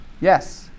yes